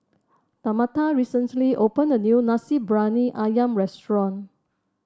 Tamatha recently opened a new Nasi Briyani ayam restaurant